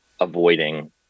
avoiding